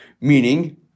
Meaning